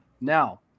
Now